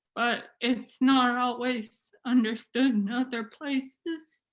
but it's not always understood in other places.